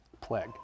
plague